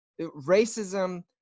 racism